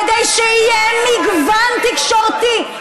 כדי שיהיה מגוון תקשורתי,